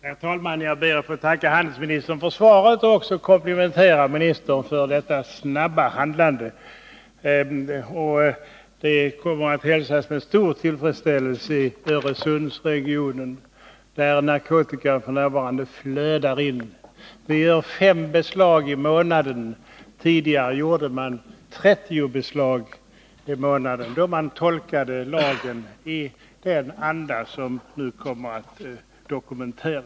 Herr talman! Jag ber att få tacka handelsministern för svaret och också komplimentera handelsministern för detta snabba handlande. Handelsministerns besked kommer att hälsas med stor tillfredsställelse i Öresundsregionen, där narkotikan f. n. flödar in. Vi gör nu fem beslag i månaden. Tidigare, då man tolkade lagen i den anda som nu kommer att dokumenteras, gjorde man 30 beslag i månaden.